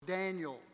Daniel